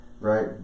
right